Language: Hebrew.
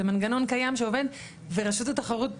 זה מנגנון קיים שעובד ורשות התחרות,